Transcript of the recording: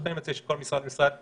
לכן, אני מציע שכל משרד ומשרד יתייחס.